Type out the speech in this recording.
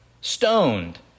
stoned